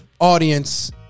audience